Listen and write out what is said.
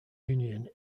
union